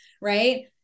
right